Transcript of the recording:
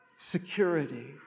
security